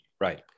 Right